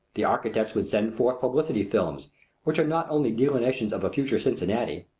the architects would send forth publicity films which are not only delineations of a future cincinnati,